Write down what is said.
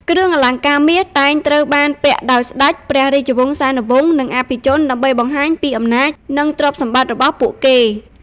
គ្រឿងអលង្ការមាសតែងត្រូវបានពាក់ដោយស្តេច ព្រះរាជវង្សានុវង្ស និងអភិជន ដើម្បីបង្ហាញពីអំណាច និងទ្រព្យសម្បត្តិរបស់ពួកគេ។